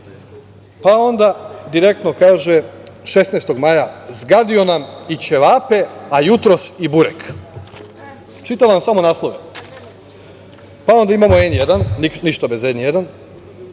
Pa, onda „Direktno“, 16. maja, kaže - zgadio nam i ćevape, a jutros i burek. Čitam vam samo naslove. Onda imamo N1, ništa bez N1,